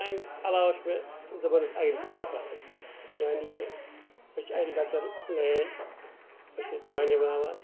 امہٕ عَلاوٕ چھُ مےٚ زَبَردَس ایٚگرِکَلچَر پَسَنٛد یعنے کہِ أسۍ چھِ ایٚگرِکَلچَر لینٛڈ أسۍ چھِ دانہِ بَناوان